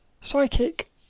psychic